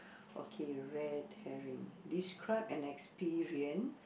okay red herring describe an experience